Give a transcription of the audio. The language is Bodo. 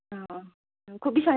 अ नोंखौ बेसिबां